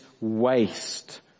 waste